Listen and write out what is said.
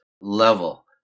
Level